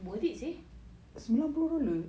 worth it seh